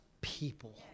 people